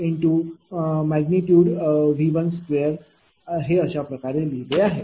5V12 आपण अशाप्रकारे लिहिले आहे